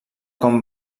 com